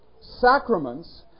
sacraments